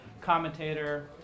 commentator